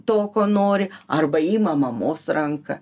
to ko nori arba ima mamos ranką